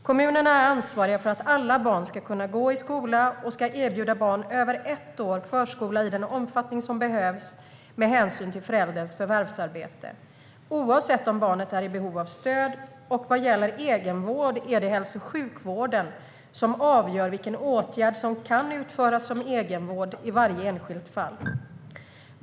Kommunerna är ansvariga för att alla barn ska kunna gå i skola och ska erbjuda barn över ett år förskola i den omfattningen som behövs med hänsyn till förälderns förvärvsarbete, oavsett om barnet är i behov av stöd, och vad gäller egenvård är det hälso och sjukvården som avgör vilken åtgärd som kan utföras som egenvård i varje enskilt fall.